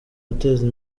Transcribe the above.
guteza